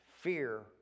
fear